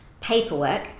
paperwork